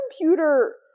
computer